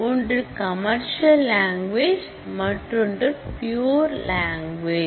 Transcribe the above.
ஒன்று commercial language மற்றொன்று pure language